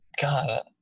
God